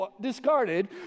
discarded